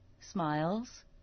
smiles